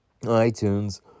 iTunes